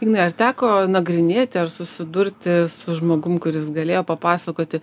ignai ar teko nagrinėti ar susidurti su žmogum kuris galėjo papasakoti